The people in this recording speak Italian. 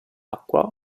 acqua